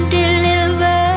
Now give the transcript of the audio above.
deliver